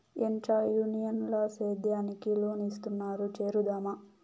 ఏంచా యూనియన్ ల సేద్యానికి లోన్ ఇస్తున్నారు చేరుదామా